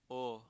oh